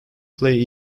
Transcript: play